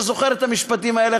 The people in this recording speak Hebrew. אתה זוכר את המשפטים האלה,